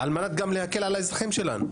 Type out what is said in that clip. גם על מנת להקל על האזרחים שלנו?